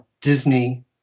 Disney